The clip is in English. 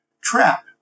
trap